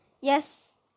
Yes